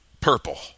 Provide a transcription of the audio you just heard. purple